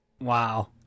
Wow